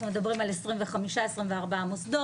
אנחנו מדברים על 24,25 מוסדות.